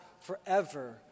forever